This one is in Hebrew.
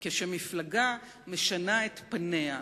כשמפלגה משנה את פניה,